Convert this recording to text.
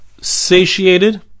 satiated